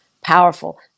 Powerful